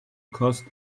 cost